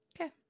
okay